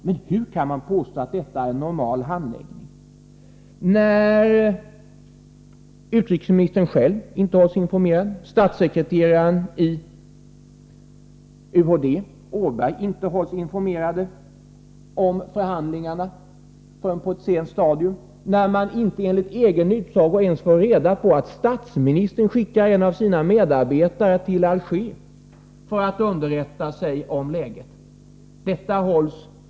Men hur kan man påstå att detta är en normal handläggning, när utrikesministern själv inte hålls informerad, när statssekreteraren på UD:s handelsavdelning, Åberg, inte hålls informerad om förhandlingarna förrän på ett sent stadium, när man inte, enligt egen utsago, ens får reda på att statsministern skickar en av sina medarbetare till Alger för att underrätta sig om läget?